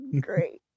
Great